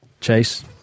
Chase